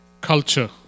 culture